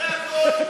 זה הכול.